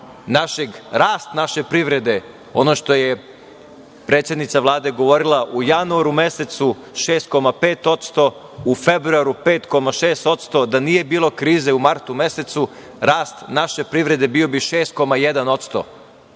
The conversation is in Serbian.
rast naše privrede, ono što je predsednica Vlade govorila u januaru mesecu, 6,5%, u februaru 5,6%, da nije bilo krize u martu mesecu rast naše privrede bio bi 6,1%